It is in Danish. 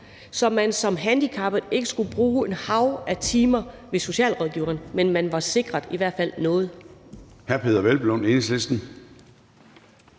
så man som handicappet ikke skulle bruge et hav af timer ved socialrådgiveren, men var sikret – i hvert fald noget.